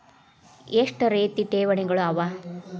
ಎಷ್ಟ ರೇತಿ ಠೇವಣಿಗಳ ಅವ?